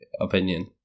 opinion